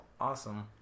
awesome